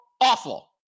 awful